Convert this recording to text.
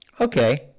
Okay